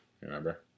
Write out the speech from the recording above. Remember